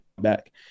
back